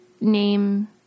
name